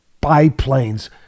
biplanes